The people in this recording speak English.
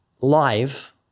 live